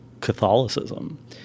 Catholicism